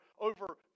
over